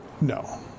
No